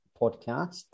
podcast